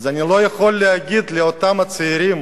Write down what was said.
אז אני לא יכול להגיד לאותם הצעירים